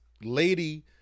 lady